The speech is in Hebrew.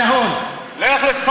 (אומר בערבית: אני כאן.